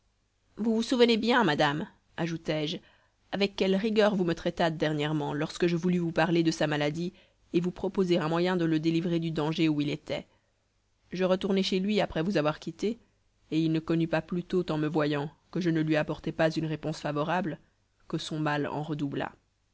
vous vous souvenez bien madame ajoutai-je avec quelle rigueur vous me traitâtes dernièrement lorsque je voulus vous parler de sa maladie et vous proposer un moyen de le délivrer du danger où il était je retournai chez lui après vous avoir quittée et il ne connut pas plus tôt en me voyant que je ne lui apportais pas une réponse favorable que son mal en redoubla